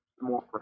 more